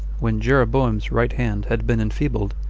when jeroboam's right hand had been enfeebled,